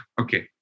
okay